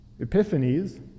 Epiphanies